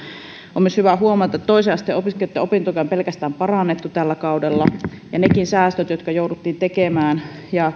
on myös hyvä huomata että toisen asteen opiskelijoitten opintotukea on pelkästään parannettu tällä kaudella ja niidenkin säästöjen osalta jotka jouduttiin tekemään ja